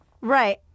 Right